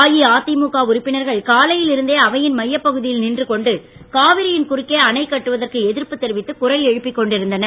அஇஅதிமுக உறுப்பினர்கள் காலையில் இருந்தே அவையின் மையப் பகுதியில் நின்று கொண்டு காவிரியின் குறுக்கே அணை கட்டுவதற்கு எதிர்ப்பு தெரிவித்து குரல் எழுப்பிக் கொண்டிருந்தனர்